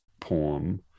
poem